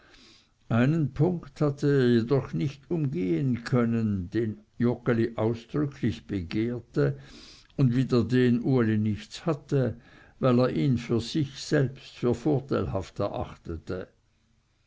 einen punkt hatte er jedoch nicht umgehen können den joggeli ausdrücklich begehrte und wider den uli nichts hatte weil er ihn für sich selbst vorteilhaft erachtete